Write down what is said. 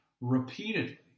repeatedly